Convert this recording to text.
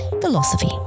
philosophy